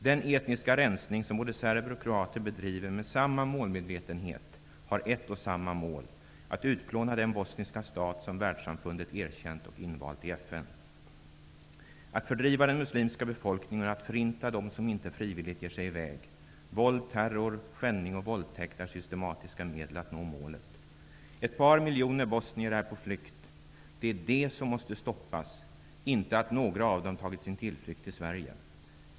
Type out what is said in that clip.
Den etniska rensning som både serber och kroater bedriver med samma målmedvetenhet har ett och samma mål: att utplåna den bosniska stat som världssamfundet erkänt och invalt i FN, att fördriva den muslimska befolkningen och att förinta dem som inte frivilligt ger sig i väg. Våld och terror, skändning och våldtäkt är systematiska medel att nå målet. Ett par miljoner bosnier är på flykt. Det är detta som måste stoppas, inte att några av dem tagit sin tillflykt till Sverige.